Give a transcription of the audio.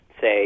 say